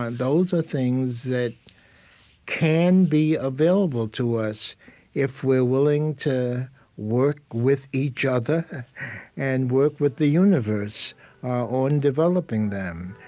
those are things that can be available to us if we're willing to work with each other and work with the universe on developing them.